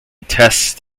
tests